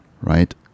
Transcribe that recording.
right